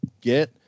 get